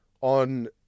on